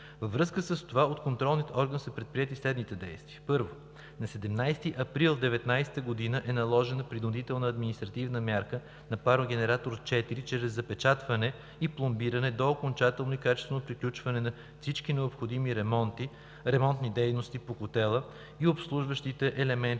Във връзка с това от контролния орган са предприети следните действия: първо – на 17 април 2019 г. е наложена принудителна административна мярка на парогенератор № 4 чрез запечатване и пломбиране до окончателно и качествено приключване на всички необходими ремонтни дейности по котела и обслужващите елементи